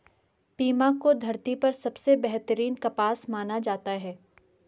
Pima को धरती पर सबसे बेहतरीन कपास माना जाता है